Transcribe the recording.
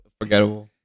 Forgettable